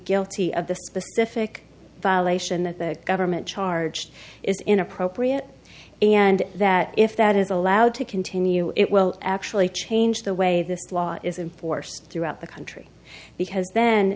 guilty of the specific violation of the government charge is inappropriate and that if that is allowed to continue it will actually change the way this law is a force throughout the country because then